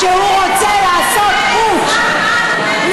אני בטוחה שחבר הכנסת דודי אמסלם